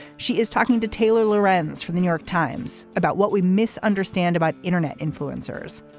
she is talking to taylor larenz from new york times about what we misunderstand about internet influencers.